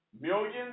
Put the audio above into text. Millions